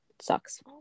sucks